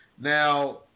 Now